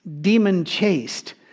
demon-chased